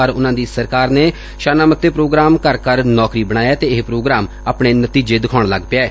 ਪਰ ਉਨੂਾਂ ਦੀ ਸਰਕਾਰ ਨੇ ਸ਼ਾਨਾਮੱਤਾ ਪ੍ਰੋਗਰਾਮ ਘਰ ਘਰ ਨੌਂਕਰੀ ਬਣਇਐ ਤੇ ਇਹ ਪ੍ਰੋਗਰਾਮ ਆਪਣੇ ਨਤੀਜੇ ਦਿਖਾਉਣ ਲੱਗ ਪਿਐ